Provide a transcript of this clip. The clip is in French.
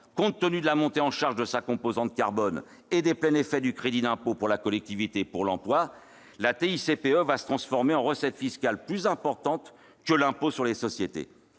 compte tenu de la montée en charge de sa composante carbone et des pleins effets du crédit d'impôt pour la compétitivité et pour l'emploi, la TICPE va se transformer en recette fiscale plus importante que l'impôt sur les sociétés.